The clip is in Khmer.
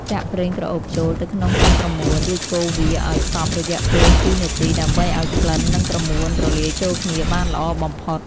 ចាក់ប្រេងក្រអូបចូលទៅក្នុងទឹកក្រមួន រួចកូរវាឱ្យសព្វរយៈពេល ២ នាទី ដើម្បីឱ្យក្លិន និងក្រមួនរលាយចូលគ្នាបានល្អបំផុត។